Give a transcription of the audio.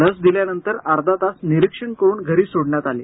लस दिल्यानंतर अर्धातास निरीक्षण केल्यानंतर घरी सोडण्यात आलं